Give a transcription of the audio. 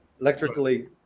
electrically